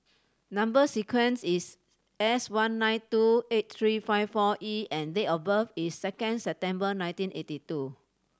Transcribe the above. number sequence is S one nine two eight three five four E and date of birth is second September nineteen eighty two